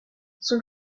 son